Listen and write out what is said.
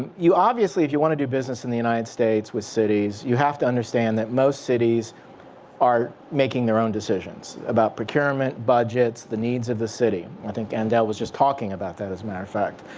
you, obviously, if you want to do business in the united states with cities, you have to understand that most cities are making their own decisions about procurement. budgets. the needs of the city. i think andel was just talking about that as a matter of fact.